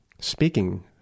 speaking